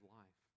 life